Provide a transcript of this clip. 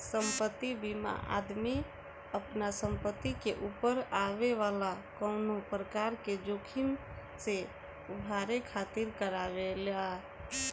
संपत्ति बीमा आदमी आपना संपत्ति के ऊपर आवे वाला कवनो प्रकार के जोखिम से उभरे खातिर करावेला